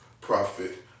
profit